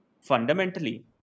fundamentally